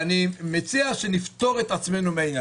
אני מציע שנפטור עצמנו מזה.